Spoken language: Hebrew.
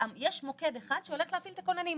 יש מוקד אחד שהולך להפעיל את הכוננים,